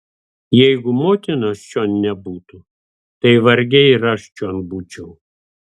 jeigu motinos čion nebūtų tai vargiai ir aš čion būčiau